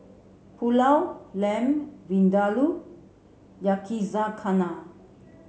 Pulao Lamb Vindaloo Yakizakana